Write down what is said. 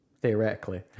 Theoretically